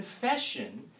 Confession